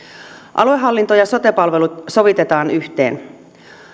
aluehallinto ja sote palvelut sovitetaan yhteen